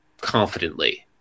confidently